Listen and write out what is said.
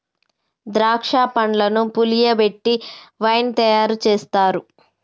ద్రాక్ష పండ్లను పులియబెట్టి వైన్ తయారు చేస్తారు